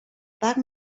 parc